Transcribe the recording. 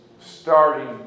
starting